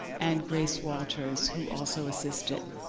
and grace walters who also assisted.